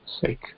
sake